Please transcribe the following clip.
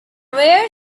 rear